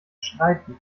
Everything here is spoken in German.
streiten